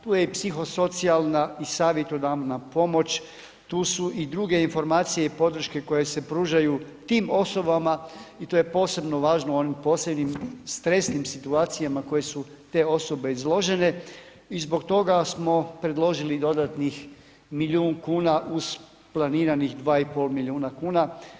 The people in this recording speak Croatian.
Tu je i psihosocijalna i savjetodavna pomoć, tu su i druge informacija i podrške koje se pružaju tim osobama i to je posebno važno u onim posebnim stresnim situacijama koje su te osobe izložene i zbog toga smo predložili dodatnih milijun kuna uz planiranih 2,5 milijuna kuna.